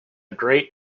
great